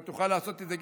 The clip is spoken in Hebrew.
אתה תוכל לעשות את זה,